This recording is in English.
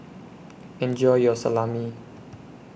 Enjoy your Salami